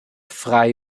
frei